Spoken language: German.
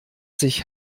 sich